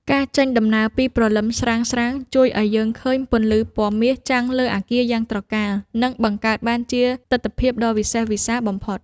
ការចេញដំណើរពីព្រលឹមស្រាងៗជួយឱ្យយើងឃើញពន្លឺពណ៌មាសចាំងលើអាគារយ៉ាងត្រកាល និង បង្កើតបានជាទិដ្ឋភាពដ៏វិសេសវិសាលបំផុត។